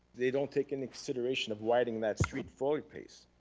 they don't take into consideration of widening that street, floyd place.